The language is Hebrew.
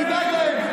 תדאג להם.